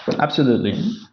but absolutely.